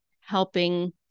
helping